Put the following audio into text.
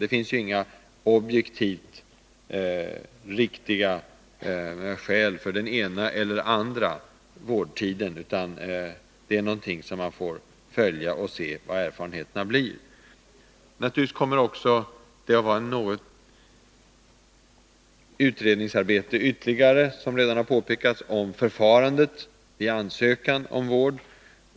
Det finns inga objektivt riktiga skäl för den ena eller den andra vårdtiden, utan man får följa tillämpningen och se vilka erfarenheterna blir. Det kommer också, som redan har påpekats, att genomföras ytterligare utredningsarbete om förfarandet vid ansökan om vård.